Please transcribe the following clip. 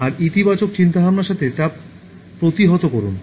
আর ইতিবাচক চিন্তাভাবনার সাথে তা প্রতিহত করুন